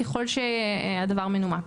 ככל שהדבר מנומק.